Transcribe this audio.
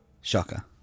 Shocker